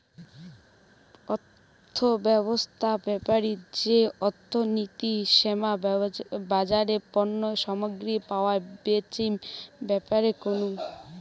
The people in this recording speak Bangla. অর্থব্যবছস্থা বেপারি যে অর্থনীতি সেটা বাজারে পণ্য সামগ্রী পরায় বেচিম ব্যাপারে কুহ